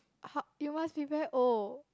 how you must be very old